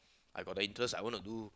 I got the interest I want to do